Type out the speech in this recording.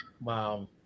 wow